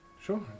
Sure